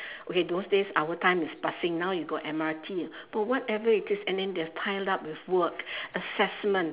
okay those days our time is bussing now you got M_R_T but whatever it is and then they are piled up with work assessment